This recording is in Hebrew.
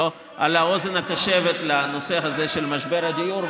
על האוזן הקשבת בנושא הזה של משבר הדיור,